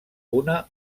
una